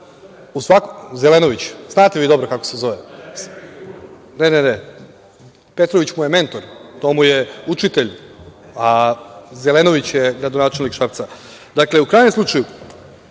mesta.)Zelenović, znate vi dobro kako se zove. Ne, ne, Petrović mu je mentor. To mu je učitelj, a Zelenović je gradonačelnik Šapca. Dakle, u krajnjem slučaju,